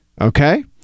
Okay